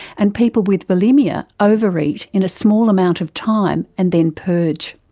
and people with bulimia overeat in a small amount of time and then purge.